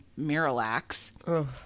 Miralax